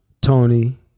Tony